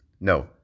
no